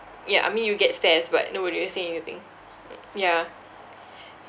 ya I mean you get stares but nobody will say anything ya